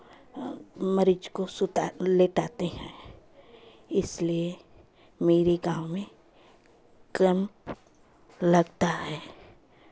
मरीज़ को सुता लेटाते हैं इसलिए मेरे गाँव में कैंप लगता है